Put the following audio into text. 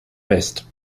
west